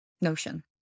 notion